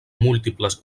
múltiples